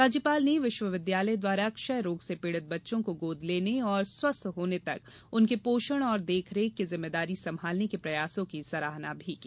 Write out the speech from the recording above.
राज्यपाल ने विश्वविद्यालय द्वारा क्षय रोग से पीड़ित बच्चों को गोद लेने तथा स्वस्थ होने तक उनके पोषण एवं देख रेख की जिम्मेदारी संभालने के प्रयासों की सराहना भी की